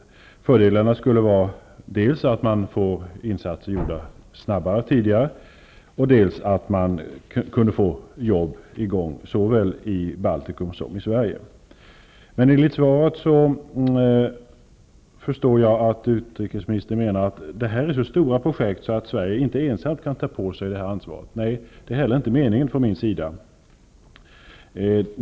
Fördelarna med svenska insatser skulle vara dels att det blir någonting gjort i Baltikum tidigare, dels att man kunde få jobb i gång såväl i Baltikum som i Sverige. Men av svaret förstår jag att utrikesministern menar att det rör sig om så stora projekt att Sverige inte ensamt kan påta sig ansvaret. Nej, det är inte heller min mening att så skall ske.